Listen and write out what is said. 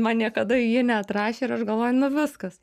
man niekada ji neatrašė ir aš galvoju na viskas